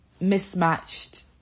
mismatched